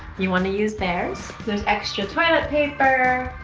you want to use theirs. there's extra toilet paper.